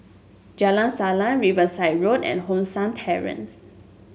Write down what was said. Jalan Salang Riverside Road and Hong San Terrace